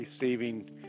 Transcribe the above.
receiving